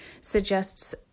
suggests